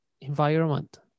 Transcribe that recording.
environment